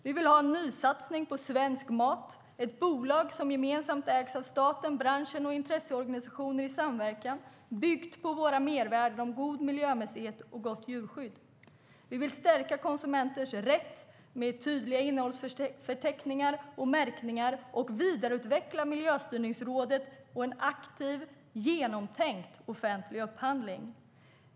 Vi vill ha en nysatsning på svensk mat - ett bolag som gemensamt ägs av staten, branschen och intresseorganisationer i samverkan. Det ska vara byggt på våra mervärden om god miljömässighet och gott djurskydd. Vi vill stärka konsumenters rätt med tydliga innehållsförteckningar och märkningar. Vi vill vidareutveckla Miljöstyrningsrådet och en aktiv, genomtänkt offentlig upphandling.